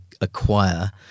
acquire